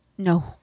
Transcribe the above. No